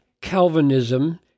Calvinism